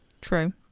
True